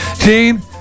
Gene